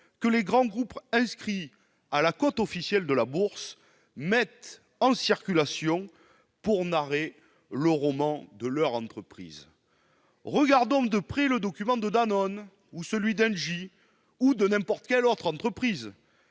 que les grands groupes inscrits à la cote officielle de la bourse mettent en circulation pour narrer le roman de leur entreprise. Regardons de près le document de Danone, celui d'Engie ou de n'importe quelle autre entreprise